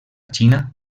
xina